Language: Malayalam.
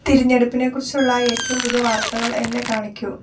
തിരഞ്ഞെടുപ്പിനെക്കുറിച്ചുള്ള ഏറ്റവും പുതിയ വാർത്തകൾ എന്നെ കാണിക്കൂ